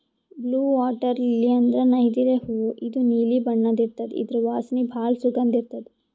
blue water lily ಅಂದ್ರ ನೈದಿಲೆ ಹೂವಾ ಇದು ನೀಲಿ ಬಣ್ಣದ್ ಇರ್ತದ್ ಇದ್ರ್ ವಾಸನಿ ಭಾಳ್ ಸುಗಂಧ್ ಇರ್ತದ್